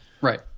Right